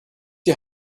die